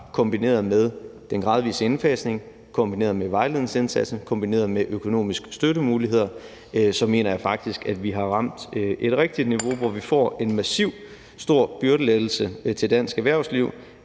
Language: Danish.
Kombineret med den gradvise indfasning, kombineret med vejledningsindsatsen, kombineret med økonomiske støttemuligheder mener jeg faktisk, at vi har ramt et rigtigt niveau, hvor vi får en massiv, stor byrdelettelse til dansk erhvervsliv